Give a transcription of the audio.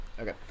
Okay